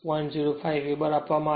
05 વેબર આપવામાં આવે છે